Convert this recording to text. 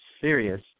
serious